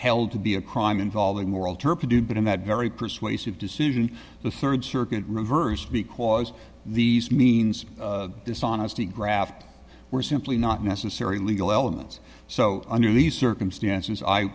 held to be a crime involving moral turpitude but in that very persuasive decision the rd circuit reversed because these means dishonesty graft were simply not necessary legal elements so under these circumstances i